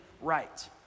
right